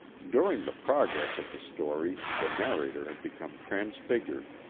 during the progress of the story the narrator had become transfigured.